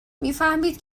میفهمید